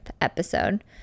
episode